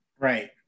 Right